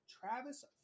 Travis